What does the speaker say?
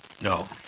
No